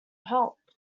help